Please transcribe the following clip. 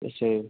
ऐसे